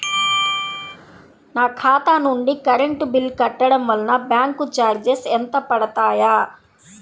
నా ఖాతా నుండి కరెంట్ బిల్ కట్టడం వలన బ్యాంకు చార్జెస్ ఎంత పడతాయా?